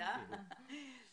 נדע זאת.